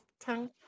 tongue